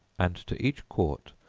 and to each quart,